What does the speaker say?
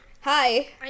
Hi